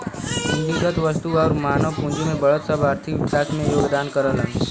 पूंजीगत वस्तु आउर मानव पूंजी में बढ़त सब आर्थिक विकास में योगदान करलन